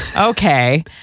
Okay